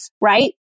right